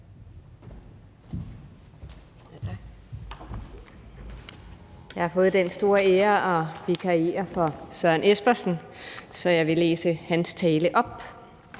Jeg har fået den store ære at vikariere for Søren Espersen, så jeg vil læse hans tale op.